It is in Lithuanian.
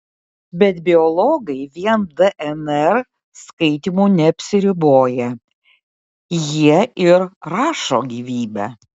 bet biologai vien dnr skaitymu neapsiriboja jie ir rašo gyvybę